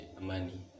money